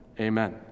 Amen